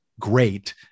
great